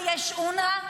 יש אונר"א,